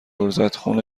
عرضت؛ خون